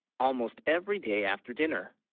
almost every day after dinner